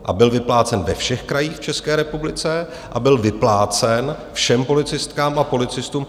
A byl vyplácen ve všech krajích v České republice a byl vyplácen všem policistkám a policistům.